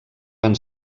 van